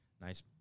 Nice